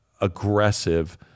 aggressive